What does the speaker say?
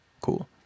Cool